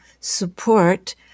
support